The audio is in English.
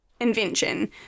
invention